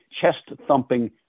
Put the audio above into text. chest-thumping